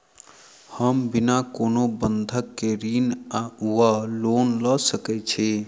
हम बिना कोनो बंधक केँ ऋण वा लोन लऽ सकै छी?